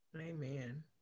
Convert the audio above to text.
amen